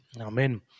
Amen